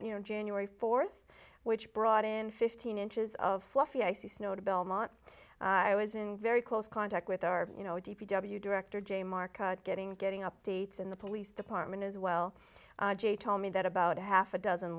on january fourth which brought in fifteen inches of fluffy icy snow to belmont i was in very close contact with our you know d p w director jay marca getting getting updates in the police department as well jay told me that about a half a dozen